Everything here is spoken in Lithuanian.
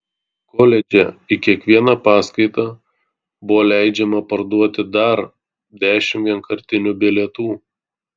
koledže į kiekvieną paskaitą buvo leidžiama parduoti dar dešimt vienkartinių bilietų